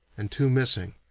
and two missing,